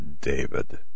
david